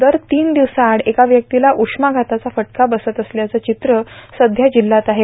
दर तीन दिवसाआड एका व्यक्तीला उष्माघाताचा फटका बसत असल्याचं चित्र सध्या जिल्हयात आहे